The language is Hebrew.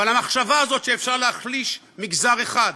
אבל המחשבה הזאת, שאפשר להחליש מגזר אחד,